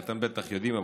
כי אתם בטח יודעים,